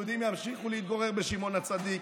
יהודים ימשיכו להתגורר בשמעון הצדיק,